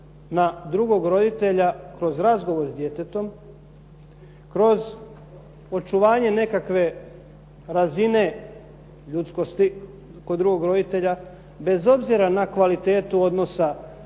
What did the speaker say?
na drugog roditelja kroz razgovor s djetetom, kroz očuvanje nekakve razine ljudskosti kod drugog roditelja, bez obzira na kvalitetu odnosa